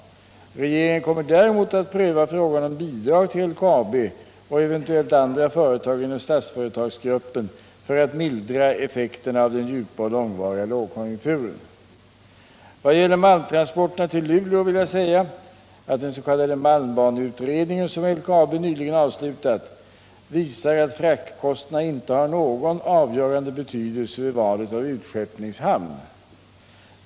Regeringen kommer däremot att pröva frågan om bidrag till LKAB och eventuellt andra företag inom Statsföretagsgruppen för att mildra effekterna av den djupa och långvariga lågkonjunkturen. När det gäller malmtransporterna till Luleå vill jag säga att den s.k. malmbaneutredningen, som LKAB nyligen avslutat, visar att fraktkostnaderna inte har någon avgörande betydelse vid valet av utskeppningshamn.